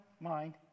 mind